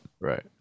Right